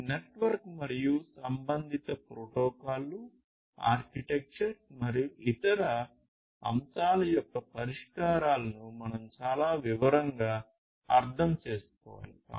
ఇది నెట్వర్క్ మరియు సంబంధిత ప్రోటోకాల్లు ఆర్కిటెక్చర్ మరియు ఇతర అంశాలు యొక్క పరిష్కారాలను మనం చాలా వివరంగా అర్థం చేసుకోవాలి